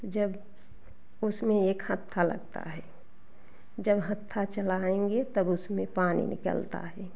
जब उसमें एक हत्था लगता है जब हत्था चलाएँगे तब उसमें पानी निकलता है